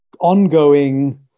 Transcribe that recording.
ongoing